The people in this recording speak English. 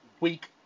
week